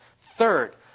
third